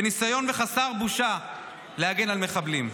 וניסיון חסר בושה להגן על מחבלים.